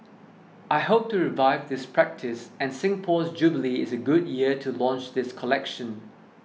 I hope to revive this practice and Singapore's jubilee is a good year to launch this collection